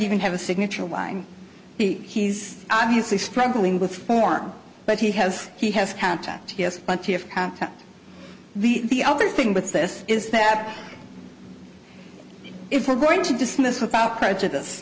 even have a signature line he's obviously struggling with form but he has he has contact yes but the other thing with this is that if we're going to dismiss without prejudice